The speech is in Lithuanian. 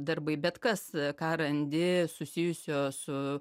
darbai bet kas ką randi susijusio su